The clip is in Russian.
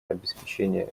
обеспечение